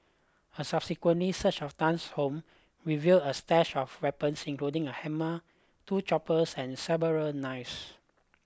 a subsequently search of Tan's home revealed a stash of weapons including a hammer two choppers and several knives